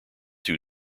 two